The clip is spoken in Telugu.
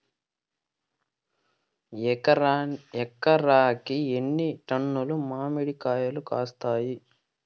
ఎకరాకి ఎన్ని టన్నులు మామిడి కాయలు కాస్తాయి?